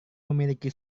memiliki